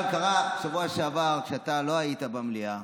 אבל בשבוע שעבר, כשאתה לא היית במליאה,